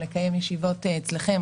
לקיים ישיבות אצלכם.